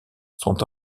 sont